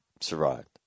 survived